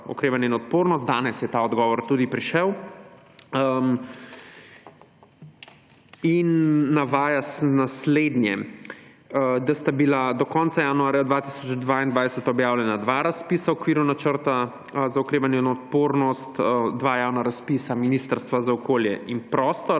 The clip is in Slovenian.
danes je ta odgovor tudi prišel in navaja naslednje. Da sta bila do konca januarja 2022 objavljena dva razpisa v okviru Načrta za okrevanje in odpornost, dva javna razpisa Ministrstva za okolje in prostor,